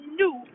new